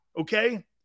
Okay